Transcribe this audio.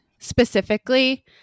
specifically